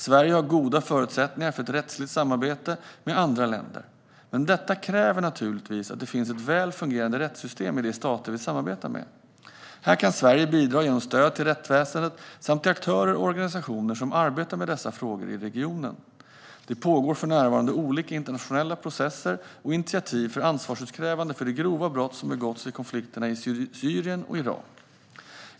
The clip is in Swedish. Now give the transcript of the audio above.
Sverige har goda förutsättningar för rättsligt samarbete med andra länder, men detta kräver naturligtvis att det finns ett välfungerande rättssystem i de stater vi samarbetar med. Här kan Sverige bidra genom stöd till rättsväsendet samt till aktörer och organisationer som arbetar med dessa frågor i regionen. Det pågår för närvarande olika internationella processer och initiativ för ansvarsutkrävande för de grova brott som begåtts i konflikterna i Syrien och Irak.